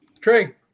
Trey